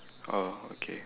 orh okay